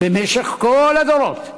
במשך כל הדורות.